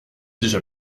déjà